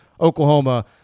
Oklahoma